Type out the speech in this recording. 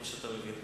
כפי שאתה מבין.